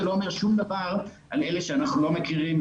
זה לא אומר שום דבר על אלה שאנחנו לא מכירים.